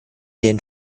den